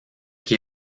qui